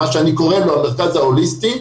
מה שאני קורא לו המרכז ההוליסטי,